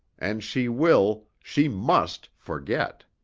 and she will she must forget.